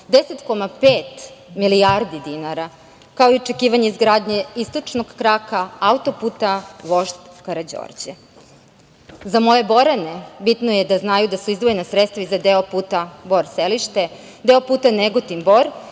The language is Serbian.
10,5 milijardi dinara, kao i očekivanje izgradnje istočnog kraka autoputa „Vožd Karađorđe“. Za moje Borane bitno je da znaju da su izdvojena sredstva i za deo puta Bor-Selište, deo puta Negotin-Bor,